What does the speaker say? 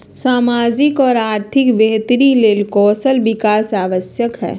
सामाजिक और आर्थिक बेहतरी ले कौशल विकास आवश्यक हइ